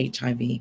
HIV